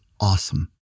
awesome